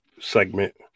segment